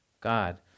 God